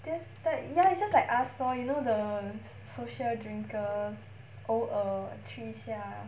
just like ya it's just like us lor you know the social drinkers 偶而去一下